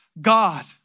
God